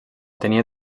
tenia